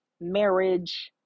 marriage